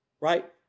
right